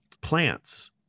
Plants